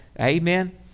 Amen